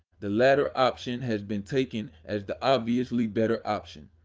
the latter option has been taken as the obviously better option.